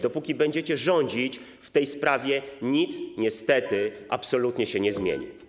Dopóki będziecie rządzić, w tej sprawie nic niestety absolutnie się nie zmieni.